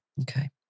Okay